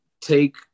take